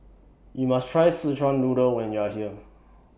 YOU must Try Sichuan Noodle when YOU Are here